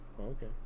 okay